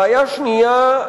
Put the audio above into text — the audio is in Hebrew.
בעיה שנייה,